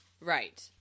Right